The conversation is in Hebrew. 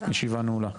הישיבה נעולה.